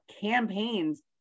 campaigns